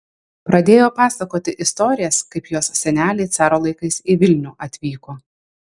pradėjo pasakoti istorijas kaip jos seneliai caro laikais į vilnių atvyko